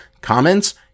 Comments